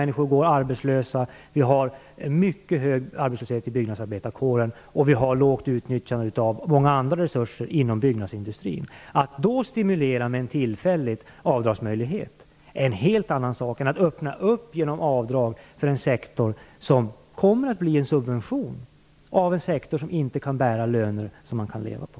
Människor går arbetslösa - vi har mycket hög arbetslöshet i byggnadsarbetarkåren - och vi har lågt utnyttjande av många andra resurser inom byggnadsindustrin. Att då stimulera med en tillfällig avdragsmöjlighet är en helt annan sak än att genom avdrag - som kommer att bli en subvention - öppna en sektor som inte kommer att kunna bära löner som man kan leva på.